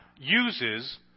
uses